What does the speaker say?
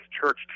church